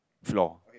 floor